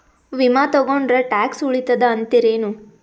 ವಿಮಾ ತೊಗೊಂಡ್ರ ಟ್ಯಾಕ್ಸ ಉಳಿತದ ಅಂತಿರೇನು?